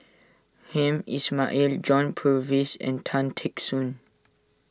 Hamed Ismail John Purvis and Tan Teck Soon